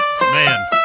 Man